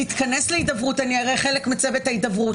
נתכנס להידברות אני הרי חלק מצוות ההידברות